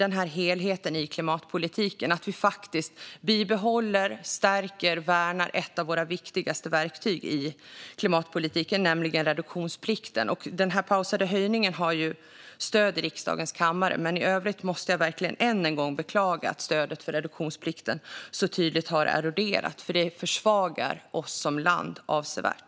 Vi behöver bibehålla, stärka och värna ett av våra viktigaste verktyg i klimatpolitiken, nämligen reduktionsplikten. Den här pausade höjningen har stöd i riksdagens kammare, men i övrigt måste jag än en gång verkligen beklaga att stödet för reduktionsplikten så tydligt har eroderat. Det försvagar oss som land avsevärt.